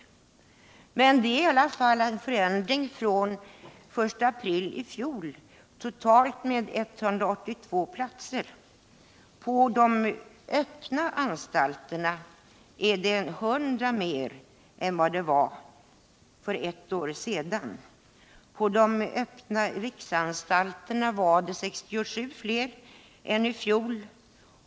Men det är i alla fall en ökning från den 1 april i fjol med totalt 182 platser. På de öppna anstalterna är det 100 fler intagna än för ett år sedan. På de öppna riksanstalterna var det 67 fler instagna än i fjol.